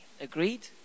agreed